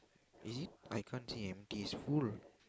is it I can't say empty it's full